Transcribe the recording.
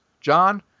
John